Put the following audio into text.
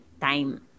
time